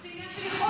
זה עניין של יכולת.